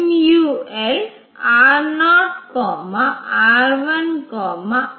तो यह 8 से गुणा किया जाता है और वे स्थान यह होंगे